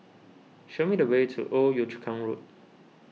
show me the way to Old Yio Chu Kang Road